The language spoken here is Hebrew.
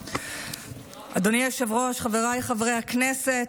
אדוני היושב-ראש, חבריי חברי הכנסת,